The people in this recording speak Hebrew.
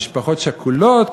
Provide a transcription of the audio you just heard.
למשפחות שכולות,